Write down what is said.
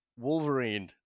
Wolverine